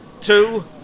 Two